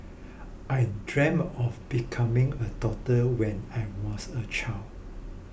I dreamt of becoming a doctor when I was a child